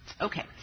Okay